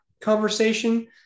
conversation